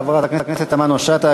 חברת הכנסת תמנו-שטה,